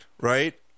right